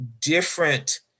different